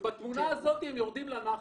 בתמונה הזאת רואים איך הם יורדים לנחל.